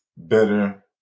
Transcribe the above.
better